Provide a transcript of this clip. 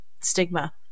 stigma